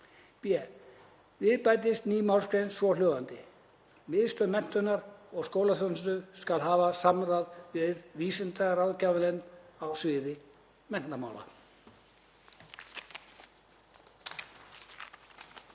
b. Við bætist ný málsgrein, svohljóðandi: Miðstöð menntunar og skólaþjónustu skal hafa samráð við Vísindaráðgjafarnefnd á sviði menntamála.“